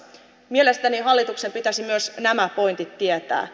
mielestäni hallituksen pitäisi myös nämä pointit tietää